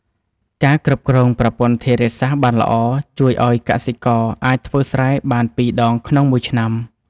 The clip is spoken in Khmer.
ការគ្រប់គ្រងប្រព័ន្ធធារាសាស្ត្របានល្អ ជួយឱ្យកសិករអាចធ្វើស្រែបានពីរដងក្នុងមួយឆ្នាំ។